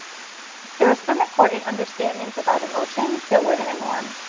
there are some important understandings about emotions that we're going to norm.